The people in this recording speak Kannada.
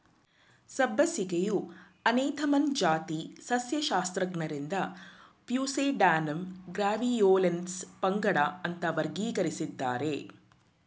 ಸಬ್ಬಸಿಗೆಯು ಅನೇಥಮ್ನ ಜಾತಿ ಸಸ್ಯಶಾಸ್ತ್ರಜ್ಞರಿಂದ ಪ್ಯೂಸೇಡ್ಯಾನಮ್ ಗ್ರ್ಯಾವಿಯೋಲೆನ್ಸ್ ಪಂಗಡ ಅಂತ ವರ್ಗೀಕರಿಸಿದ್ದಾರೆ